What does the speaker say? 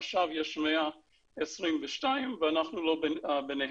עכשיו יש 122 ואנחנו לא ביניהם.